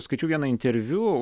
skaičiau vieną interviu